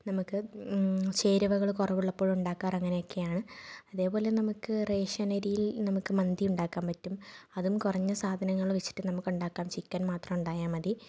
നമുക്ക് ചേരുവകള് കുറവുള്ളപ്പോഴുണ്ടാക്കാറ് അങ്ങനെയൊക്കെയാണ് അതേപോലെ നമുക്ക് റേഷനരിയില് നമുക്ക് മന്തി ഉണ്ടാക്കാന് പറ്റും അതും കുറഞ്ഞ സാധനങ്ങൾ വെച്ചിട്ട് നമുക്ക് ഉണ്ടാക്കാം ചിക്കന് മാത്രം ഉണ്ടായാല് മതി